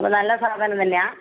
അപ്പോൾ നല്ല സാധനം തന്നെയാണോ